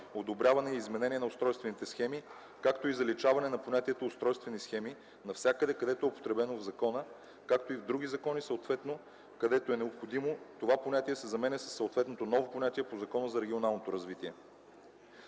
одобряване и изменение на устройствените схеми”, както и заличаване на понятието „устройствени схеми” навсякъде, където е употребено в закона, както и в други закони съответно, където е необходимо, това понятие се заменя със съответното ново понятие по Закона за регионалното развитие.